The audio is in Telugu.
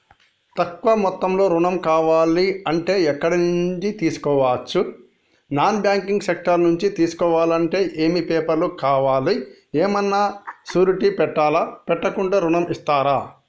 తక్కువ మొత్తంలో ఋణం కావాలి అంటే ఎక్కడి నుంచి తీసుకోవచ్చు? నాన్ బ్యాంకింగ్ సెక్టార్ నుంచి తీసుకోవాలంటే ఏమి పేపర్ లు కావాలి? ఏమన్నా షూరిటీ పెట్టాలా? పెట్టకుండా ఋణం ఇస్తరా?